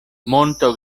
monto